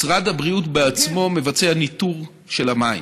משרד הבריאות בעצמו מבצע ניטור של המים,